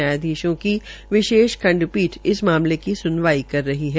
न्यायाधीशों की विशेष खंठपीठ इस मामले की सुनवाई कर रही है